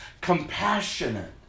compassionate